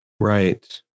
Right